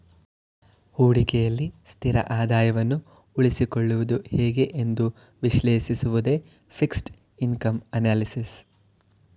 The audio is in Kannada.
ಹೂಡಿಕೆಯಲ್ಲಿ ಸ್ಥಿರ ಆದಾಯವನ್ನು ಉಳಿಸಿಕೊಳ್ಳುವುದು ಹೇಗೆ ಎಂದು ವಿಶ್ಲೇಷಿಸುವುದೇ ಫಿಕ್ಸೆಡ್ ಇನ್ಕಮ್ ಅನಲಿಸಿಸ್